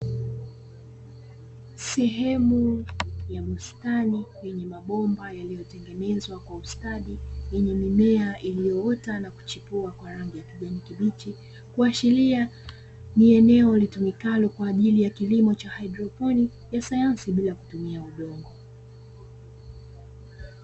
Sehemu ya bustani yenye mabomba yaliyotengenezwa kwa ustadi yenye mimea iliyoota na kuchipua kwa rangi ya kijani kibichi, kuashiria ni eneo litumikalo kwa ajili ya kilimo cha haidroponi ya sayansi bila kutumia udongo.